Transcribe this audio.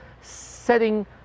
setting